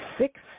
six